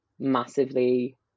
Massively